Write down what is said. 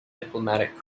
diplomatic